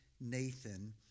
Nathan